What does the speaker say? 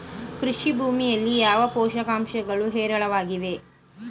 ಕೃಷಿ ಭೂಮಿಯಲ್ಲಿ ಯಾವ ಪೋಷಕಾಂಶಗಳು ಹೇರಳವಾಗಿವೆ?